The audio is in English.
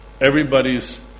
everybody's